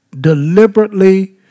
deliberately